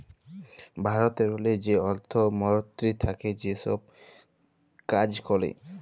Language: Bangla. ভারতেরলে যে অর্থ মলতিরি থ্যাকে ছব কাজ ক্যরে